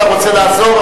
אתה רוצה לעזור,